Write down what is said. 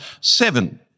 seven